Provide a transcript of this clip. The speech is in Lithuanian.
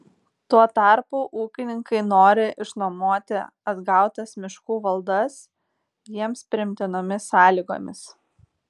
tuo tarpu ūkininkai nori išnuomoti atgautas miškų valdas jiems priimtinomis sąlygomis